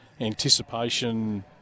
anticipation